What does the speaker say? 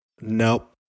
Nope